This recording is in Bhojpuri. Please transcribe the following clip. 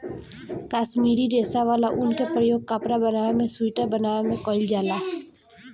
काश्मीरी रेशा वाला ऊन के प्रयोग कपड़ा बनावे में सुइटर बनावे में कईल जाला